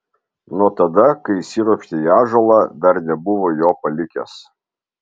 nuo tada kai įsiropštė į ąžuolą dar nebuvo jo palikęs